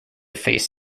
face